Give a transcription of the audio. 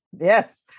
Yes